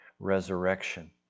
resurrection